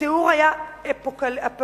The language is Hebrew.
התיאור היה אפוקליפטי,